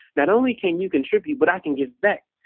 not only can you contribute, but i can give back.